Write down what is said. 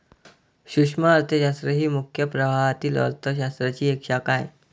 सूक्ष्म अर्थशास्त्र ही मुख्य प्रवाहातील अर्थ शास्त्राची एक शाखा आहे